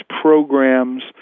programs